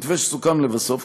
המתווה שסוכם לבסוף,